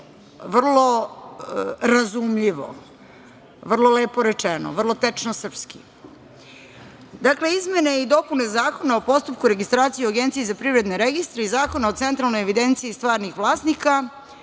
vrlo razumljivo, vrlo lepo rečeno, vrlo tečno srpski. Dakle, izmene i dopune Zakona o postupku registracije u Agenciji za privredne registre i Zakona o centralnoj evidenciji stvarnih vlasnika,